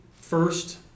first